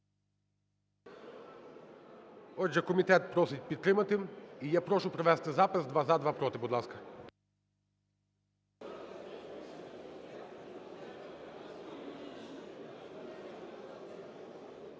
Отже, комітет просить підтримати. І я прошу провести запис: два – за, два – проти. Будь ласка.